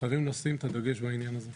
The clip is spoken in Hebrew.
חייבים לשים את הדגש בעניין הזה.